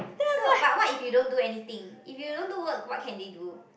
so but what if you don't do anything if you don't do work what can they do